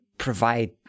provide